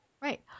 Right